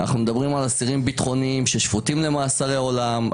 אנחנו מדברים על אסירים ביטחוניים ששיפוטים למאסרי עולם,